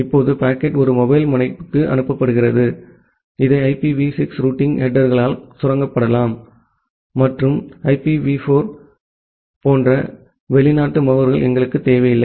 இப்போது பாக்கெட் ஒரு மொபைல் முனைக்கு அனுப்புகிறது இதை ஐபிவி 6 ரூட்டிங் ஹெடேர்களால் சுரங்கப்படுத்தலாம் மற்றும் ஐபிவி 4 போன்ற வெளிநாட்டு முகவர்கள் எங்களுக்கு தேவையில்லை